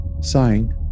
sighing